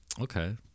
Okay